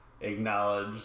acknowledge